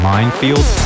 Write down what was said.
Minefield